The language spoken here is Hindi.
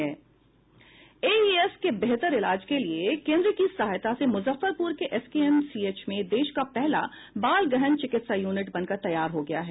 एईएस के बेहतर इलाज के लिए केन्द्र की सहायता से मुजफ्फरपुर के एसकेएमसीएच में देश का पहला बाल गहन चिकित्सा यूनिट बन कर तैयार हो गया है